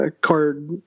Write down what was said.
card